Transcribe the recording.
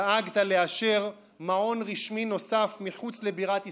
דאגת לאשר מעון רשמי נוסף מחוץ לבירת ישראל,